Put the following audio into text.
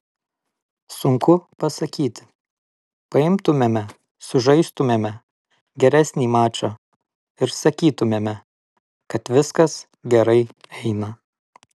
sunku pasakyti paimtumėme sužaistumėme geresnį mačą ir sakytumėme kad viskas gerai eina